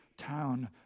town